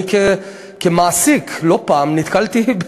אני כמעסיק לא פעם נתקלתי,